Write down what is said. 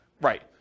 right